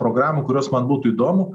programų kurios man būtų įdomu